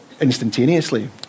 instantaneously